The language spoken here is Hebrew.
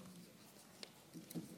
אני